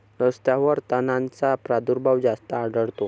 रस्त्यांवर तणांचा प्रादुर्भाव जास्त आढळतो